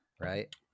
right